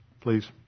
please